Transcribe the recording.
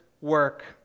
work